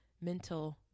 Mental